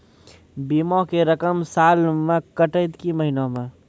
बीमा के रकम साल मे कटत कि महीना मे?